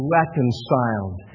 reconciled